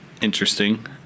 interesting